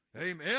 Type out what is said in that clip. Amen